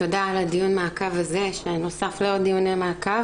תודה על דיון המעקב הזה שנוסף לעוד דיוני מעקב,